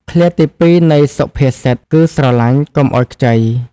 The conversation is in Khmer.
ឃ្លាទីពីរនៃសុភាសិតគឺ "ស្រឡាញ់កុំឲ្យខ្ចី"។